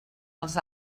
els